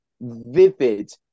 vivid